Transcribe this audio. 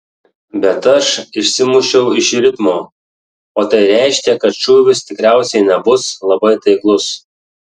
bet aš išsimušiau iš ritmo o tai reiškia kad šūvis tikriausiai nebus labai taiklus